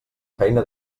feina